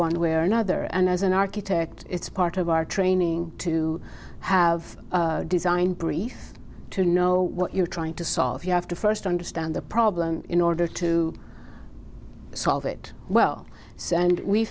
one way or another and as an architect it's part of our training to have a design brief to know what you're trying to solve you have to first understand the problem in order to solve it well so and we